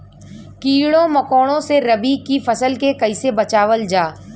कीड़ों मकोड़ों से रबी की फसल के कइसे बचावल जा?